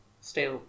stay